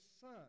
Son